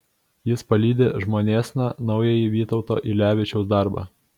jis palydi žmonėsna naująjį vytauto ylevičiaus darbą